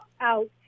out